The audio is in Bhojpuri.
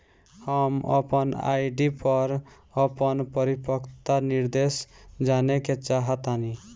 हम अपन आर.डी पर अपन परिपक्वता निर्देश जानेके चाहतानी